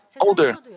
older